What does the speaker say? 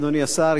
אדוני השר,